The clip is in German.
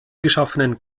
geschaffenen